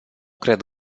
cred